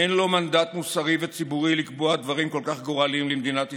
אין לו מנדט מוסרי וציבורי לקבוע דברים כל כך גורליים למדינת ישראל,